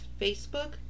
Facebook